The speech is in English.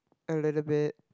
a little bit